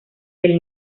del